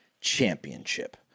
Championship